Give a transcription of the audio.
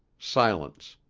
silence.